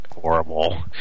horrible